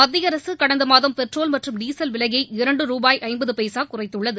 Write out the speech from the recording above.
மத்திய அரசு கடந்த மாதம் பெட்ரோல் மற்றும் டீசல் விலையை இரண்டு ரூபாய் ஐம்பது பைசா குறைத்துள்ளது